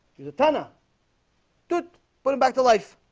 judith tanner good put him back to life,